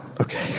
Okay